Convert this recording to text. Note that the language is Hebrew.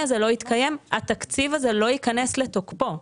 הזה לא התקיים התקציב הזה לא ייכנס לתוקפו.